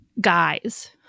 guys